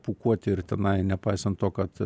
pūkuoti ir tenai nepaisant to kad